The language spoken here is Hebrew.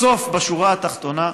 בסוף, בשורה התחתונה,